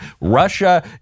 Russia